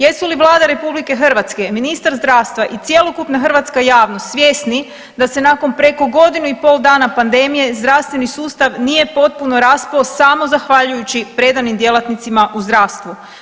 Jesu li Vlada Republike Hrvatske, ministar zdravstva i cjelokupna hrvatska javnost svjesni da se nakon preko godinu dana pandemije, zdravstveni sustav nije potpuno raspao samo zahvaljujući predanim djelatnicima u zdravstvu.